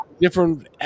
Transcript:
different